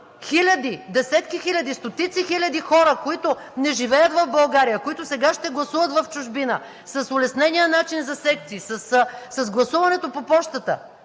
хиляди, десетки хиляди, стотици хиляди хора, които не живеят в България, които сега ще гласуват в чужбина с улеснения начин за секции, с гласуването по пощата,